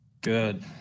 Good